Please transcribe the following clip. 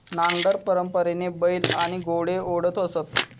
नांगर परंपरेने बैल आणि घोडे ओढत असत